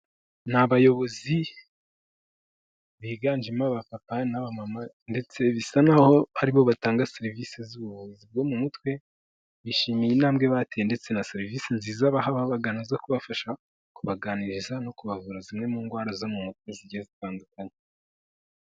Ni abayobozi biganjemo aba papa n'abamama ndetse bisa nk'aho aribo batanga serivisi z'ubuvuzi bwo mu mutwe, bishimiye intambwe bateye ndetse na serivisi nziza baha ababagana zo kubafasha, kubaganiriza no kubavura zimwe mu ndwara zo mu mutwe zigiye zitandukanye.